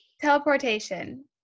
Teleportation